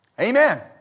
Amen